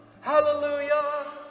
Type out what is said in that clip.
Hallelujah